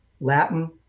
Latin